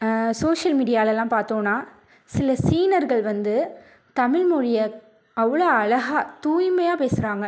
social மீடியாலலாம் பார்த்தோனா சில சீனர்கள் வந்து தமிழ்மொழியை அவ்வளோ அழகா தூய்மையா பேசுகிறாங்க